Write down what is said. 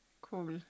Cool